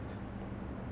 okay okay